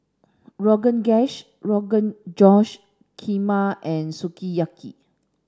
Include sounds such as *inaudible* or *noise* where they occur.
Rogan *unintelligible* Rogan Josh Kheema and Sukiyaki